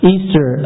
Easter